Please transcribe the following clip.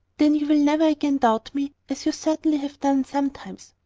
then you will never again doubt me, as you certainly have done sometimes.